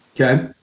Okay